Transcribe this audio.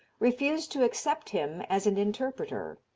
refused to accept him as an interpreter.